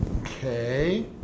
Okay